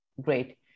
Great